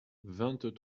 vingt